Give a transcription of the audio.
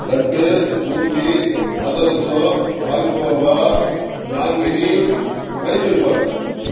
laddu boondi adhirasam palkova jangiri Mysore pak